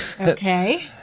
okay